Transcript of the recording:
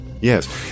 Yes